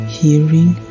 hearing